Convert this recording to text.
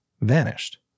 vanished